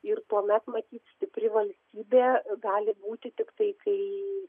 ir tuomet matyt stipri valstybė gali būti tiktai kai